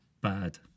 bad